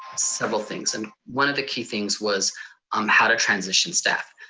several things. and one of the key things was um how to transition staff.